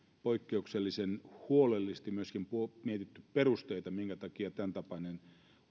poikkeuksellisen huolellisesti myöskin mietitty perusteita minkä takia tämäntapainen